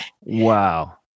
Wow